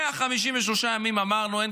153 ימים אמרנו: אין